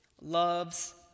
loves